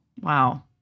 Wow